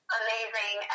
amazing